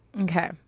Okay